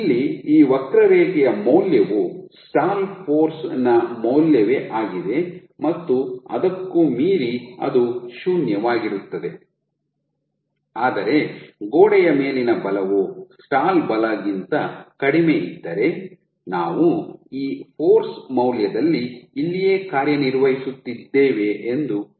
ಇಲ್ಲಿ ಈ ವಕ್ರರೇಖೆಯ ಮೌಲ್ಯವು ಸ್ಟಾಲ್ ಫೋರ್ಸ್ ನ ಮೌಲ್ಯವೇ ಆಗಿದೆ ಮತ್ತು ಅದಕ್ಕೂ ಮೀರಿ ಅದು ಶೂನ್ಯವಾಗಿರುತ್ತದೆ ಆದರೆ ಗೋಡೆಯ ಮೇಲಿನ ಬಲವು ಸ್ಟಾಲ್ ಬಲಗಿಂತ ಕಡಿಮೆಯಿದ್ದರೆ ನಾವು ಈ ಫೋರ್ಸ್ ಮೌಲ್ಯದಲ್ಲಿ ಇಲ್ಲಿಯೇ ಕಾರ್ಯನಿರ್ವಹಿಸುತ್ತಿದ್ದೇವೆ ಎಂದು ಹೇಳೋಣ